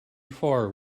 far